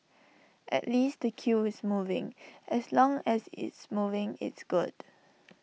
at least the queue is moving as long as it's moving it's good